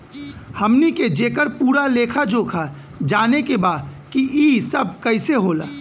हमनी के जेकर पूरा लेखा जोखा जाने के बा की ई सब कैसे होला?